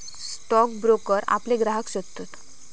stock broker आपले ग्राहक शोधतत